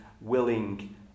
willing